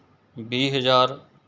ਵੀਹ ਹਜ਼ਾਰ